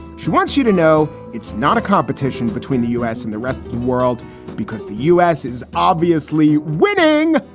she wants you to know it's not a competition between the u s. and the rest of the world because the u s. is obviously winning.